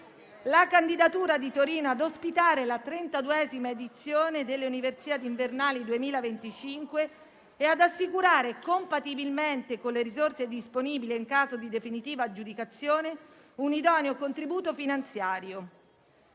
la candidatura di Torino ad ospitare la 32° edizione delle Universiadi invernali 2025 e ad assicurare, compatibilmente con le risorse disponibili e in caso di definitiva aggiudicazione, un idoneo contributo finanziario».